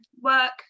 work